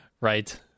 Right